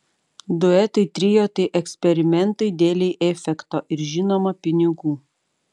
duetai trio tai eksperimentai dėlei efekto ir žinoma pinigų